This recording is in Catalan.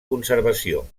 conservació